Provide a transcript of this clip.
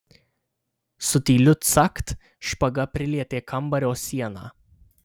su tyliu cakt špaga prilietė kambario sieną